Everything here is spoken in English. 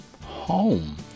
home